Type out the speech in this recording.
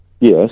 Yes